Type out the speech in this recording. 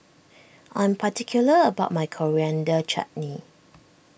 I am particular about my Coriander Chutney